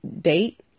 date